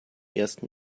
ersten